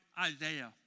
Isaiah